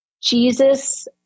Jesus